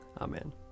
Amen